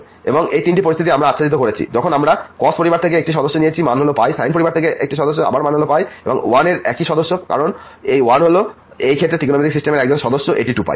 সুতরাং এই তিনটি পরিস্থিতি আমরা আচ্ছাদিত করেছি এক যখন আমরা cos পরিবার থেকে একই সদস্য নিয়েছি মান হল সাইন পরিবার থেকে একই সদস্য আবার মান হল এবং এই 1 এর একই সদস্য কারণ 1 হল এই ক্ষেত্রে ত্রিকোণমিতিক সিস্টেমের একজন সদস্য এটি 2π